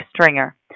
Stringer